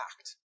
act